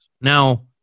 Now